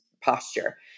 posture